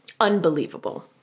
unbelievable